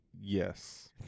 yes